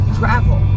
travel